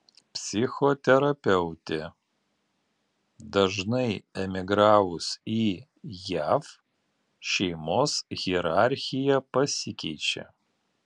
psichoterapeutė dažnai emigravus į jav šeimos hierarchija pasikeičia